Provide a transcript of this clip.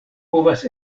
povas